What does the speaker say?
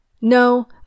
No